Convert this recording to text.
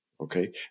Okay